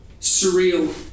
surreal